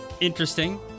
Interesting